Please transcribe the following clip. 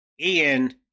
Ian